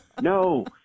no